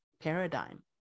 paradigm